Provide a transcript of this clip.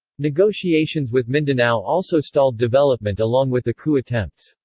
negotiations with mindanao also stalled development along with the coup attempts.